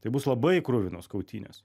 tai bus labai kruvinos kautynės